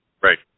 Right